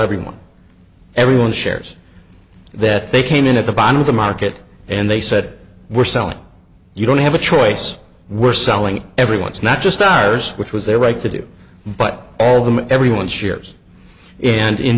everyone everyone shares that they came in at the bottom of the market and they said we're selling you don't have a choice we're selling every once not just ours which was their right to do but all them everyone shares and in